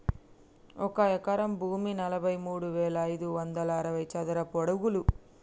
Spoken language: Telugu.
ఒక ఎకరం భూమి నలభై మూడు వేల ఐదు వందల అరవై చదరపు అడుగులు